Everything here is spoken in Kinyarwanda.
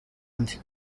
undi